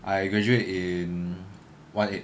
I graduate in one eight